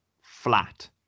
flat